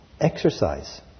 exercise